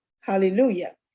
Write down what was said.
hallelujah